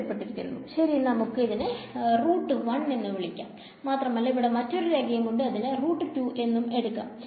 ശെരി നമുക്ക് ഇതിനെ എന്നു വിളിക്കാം മാത്രമല്ല ഇവിടെ മറ്റൊരു രേഖ ഉണ്ട് അതിനെ എന്നു എടുക്കാം